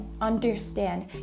understand